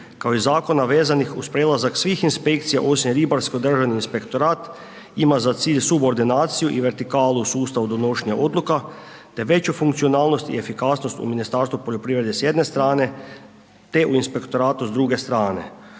kao i zakona vezanih uz prelazak svih inspekcija, osim ribarsko državni inspektorat, ima za cilj suordinaciju i vertikalu u sustavu donošenje odluka, te veću funkcionalnost i efikasnost u Ministarstvu poljoprivrede s jedne strane te u inspektoratu s druge strane.